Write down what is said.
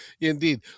indeed